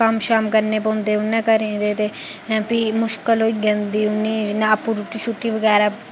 कम्म शम करने पौंदे उ'नें घरें दे ते फ्ही मुश्कल होई जंदी उ'नें गी जि'यां आपूं रूट्टी शुट्टी बगैरा